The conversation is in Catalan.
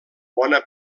bona